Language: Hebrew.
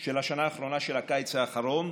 של השנה האחרונה, של הקיץ האחרון,